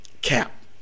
Cap